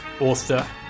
author